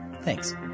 Thanks